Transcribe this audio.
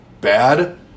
bad